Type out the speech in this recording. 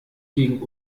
gegen